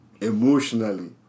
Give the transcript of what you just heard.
emotionally